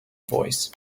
voice